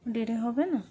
দেড়ে হবে না